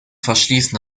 verschließen